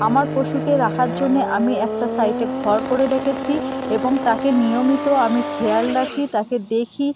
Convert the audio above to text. আমার পশুকে রাখার জন্যে আমি একটা সাইডে ঘর করে রেখেছি এবং তাকে নিয়মিত আমি খেয়াল রাখি তাকে দেখি